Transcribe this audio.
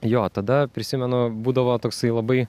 jo tada prisimenu būdavo toksai labai